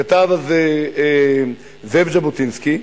כתב על זה זאב ז'בוטינסקי: